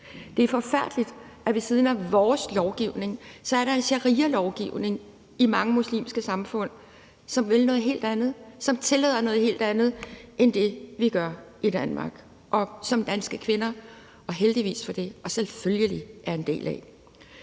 Det er forfærdeligt, at ved siden af vores lovgivning er der en sharialovgivning i mange muslimske samfund, som vil noget helt andet, og som tillader noget helt andet end det, vi gør i Danmark, og som danske kvinder – og heldigvis for det og selvfølgelig – er en del af.